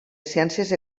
ciències